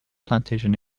plantation